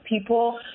people